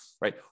right